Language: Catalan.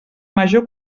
major